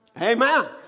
Amen